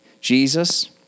Jesus